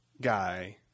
guy